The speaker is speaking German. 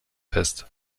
fest